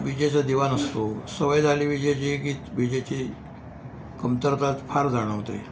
विजेचा दिवा नसतो सवय झाली विजेची गीत विजेची कमतरता तर फार जाणवते